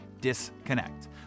disconnect